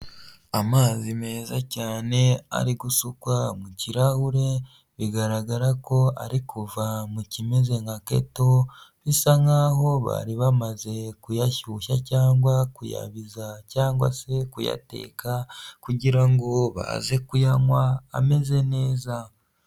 Amazi meza cyane ari gusukwa mu kirahure bigaragara ko ari kuva mu kimeze nka keto, bisa nkaho bari bamaze kuyashyushya cyangwa kuyabiza cyangwa se kuyateka kugira ngo baze kuyanywa ameze neza.